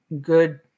good